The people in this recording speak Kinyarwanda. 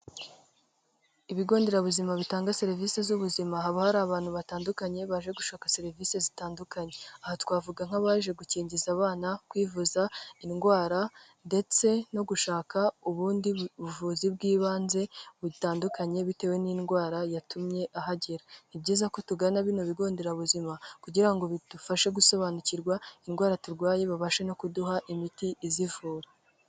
Ibigo nderabuzima bitanga serivisi z'ubuzima, haba hari abantu batandukanye baje gushaka serivisi zitandukanye. Aha twavuga nk'abaje gukingiza abana, kwivuza indwara ndetse no gushaka ubundi buvuzi bw'ibanze butandukanye bitewe n'indwara yatumye ahagera. Ni byiza ko tugana bino bigo nderabuzima kugira ngo bidufashe gusobanukirwa indwara turwaye, babashe no kuduha imiti izivura.